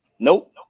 Nope